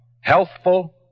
Healthful